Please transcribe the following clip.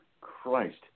Christ